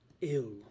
ill